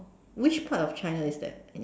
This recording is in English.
which part of China is that and you